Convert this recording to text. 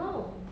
no